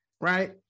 right